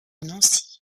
nancy